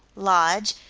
lodge,